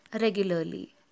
regularly